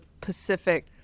pacific